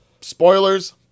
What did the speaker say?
spoilers